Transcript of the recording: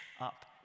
Up